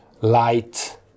light